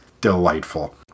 delightful